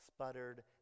sputtered